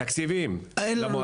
תקציבים: למועצות שבע וחצי מיליארד